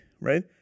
right